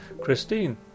Christine